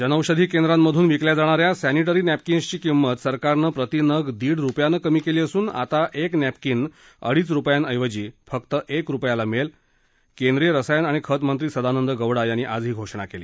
जनऔषधी केंद्रांमधून विकल्या जाण या सॅनिटरी नॅपकीन्सची किंमत सरकारनं प्रती नग दीड रुपयानं कमी केली असून आता एक नॅपकीन अडीच रुपयांऐवजी फक्त एक रुपयाला मिळेल केंद्रिय रसायन आणि खतमंत्री सदानंद गौडा यांनी आज ही घोषणा केली